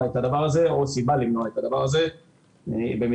את הדבר הזה או סיבה למנוע את הדבר הזה,